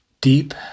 deep